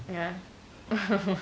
ya